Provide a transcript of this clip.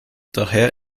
daher